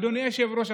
אדוני היושב-ראש,